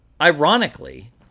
Ironically